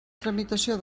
tramitació